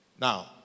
Now